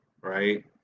right